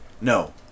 No